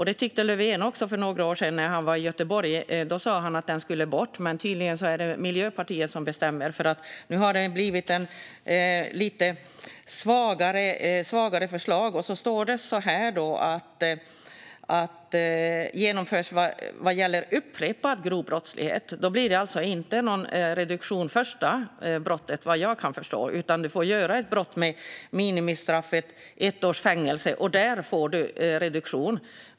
Det tyckte Löfven också för några år sedan när han var i Göteborg. Då sa han att den skulle bort. Men det är tydligen Miljöpartiet som bestämmer. Nu har det blivit ett lite svagare förslag. Det står att det "genomförs vad gäller upprepad grov brottslighet". Det blir alltså, vad jag förstår, inte någon reduktion vid det första grova brottet. Man får begå ett brott för vilket minimistraffet är ett års fängelse och få en reduktion.